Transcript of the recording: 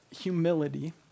humility